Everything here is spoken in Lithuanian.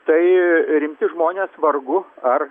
tai rimti žmonės vargu ar